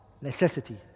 Necessity